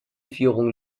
führung